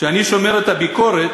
כשאני שומע את הביקורת,